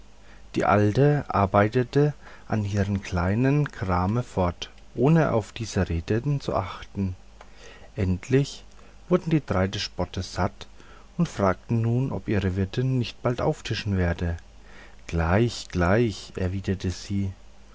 die alte arbeitete an ihrem kleinen krame fort ohne auf diese reden zu achten endlich wurden die drei des spottes satt und fragten nun ob ihre wirtin nicht bald auftischen werde gleich gleich erwiderte sie